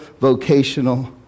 vocational